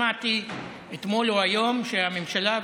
שמעתי אתמול או היום שהממשלה,